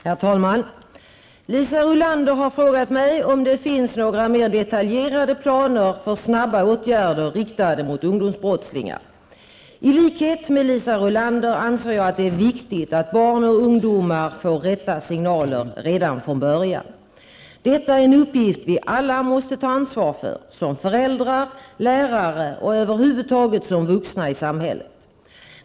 Herr talman! Liisa Rulander har frågat mig om det finns några mer detaljerade planer för snabba åtgärder riktade mot ungdomsbrottslingar. I likhet med Liisa Rulander anser jag att det är viktigt att barn och ungdomar får rätta signaler redan från början. Detta är en uppgift vi alla måste ta ansvar för, som föräldrar, lärare och över huvud taget som vuxna i samhället.